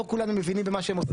לא כולנו מבינים במה שהם עושים.